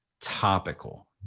topical